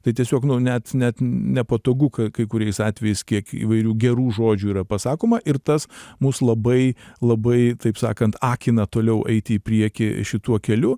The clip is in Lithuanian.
tai tiesiog nu net net nepatogu ka kai kuriais atvejais kiek įvairių gerų žodžių yra pasakoma ir tas mus labai labai taip sakant akina toliau eiti į priekį šituo keliu